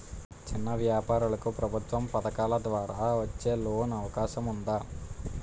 చిన్న వ్యాపారాలకు ప్రభుత్వం పథకాల ద్వారా వచ్చే లోన్ అవకాశం ఉందా?